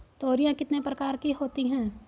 तोरियां कितने प्रकार की होती हैं?